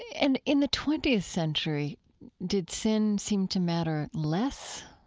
and in the twentieth century did sin seem to matter less?